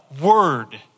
word